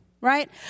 right